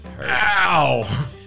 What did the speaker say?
ow